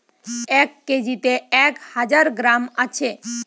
এক কেজিতে এক হাজার গ্রাম আছে